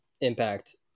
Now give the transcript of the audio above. impact